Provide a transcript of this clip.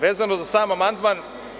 Vezano za sam amandman…